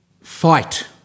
fight